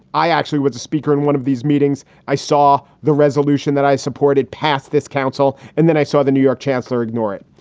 i actually was the speaker in one of these meetings. i saw the resolution that i supported passed this council and then i saw the new york chancellor ignore it.